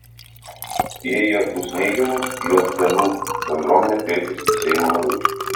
jei jos bus neigiamos juodpėnų bendruomenė kreipsis į seimo narius